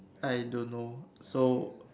I don't know so